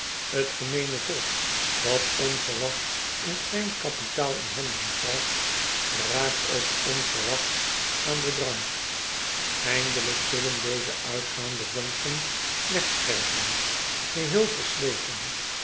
t gemeene volk dat onverwachts een klein kapitaal in handen krijgt geraakt ook onverwachts aan den drank eindelijk zullen deze uitgaande vonken wegsterven geheel versleten